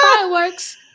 fireworks